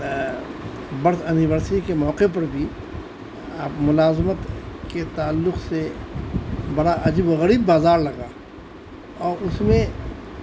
birth anniversary کے موقع پر بھی آپ ملازمت کے تعلق سے بڑا عجیب وغریب بازار لگا اور اس میں